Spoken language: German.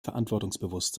verantwortungsbewusst